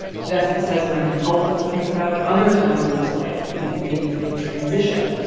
tedeschi says it might be helpful to think about other times in your life that you've made a big transition,